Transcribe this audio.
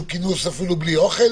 שהוא כינוס אפילו בלי אוכל,